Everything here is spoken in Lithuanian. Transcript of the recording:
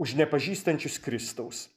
už nepažįstančius kristaus